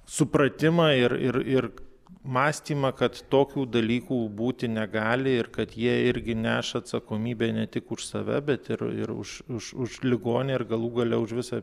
supratimą ir ir ir mąstymą kad tokių dalykų būti negali ir kad jie irgi neša atsakomybę ne tik už save bet ir ir už už už ligonį ir galų gale už visą